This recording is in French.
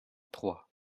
trois